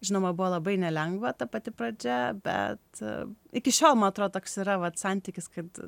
žinoma buvo labai nelengva ta pati pradžia bet iki šiol man atrodo toks yra vat santykis kad